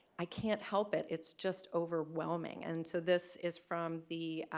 i can't help it it's just overwhelming and so this is from the